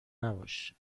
نباش